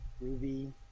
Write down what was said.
Ruby